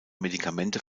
medikamente